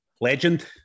Legend